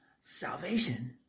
salvation